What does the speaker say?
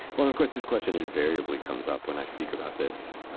well, of course, this question invariably comes up when i speak about this,